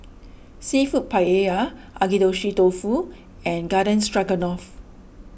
Seafood Paella Agedashi Dofu and Garden Stroganoff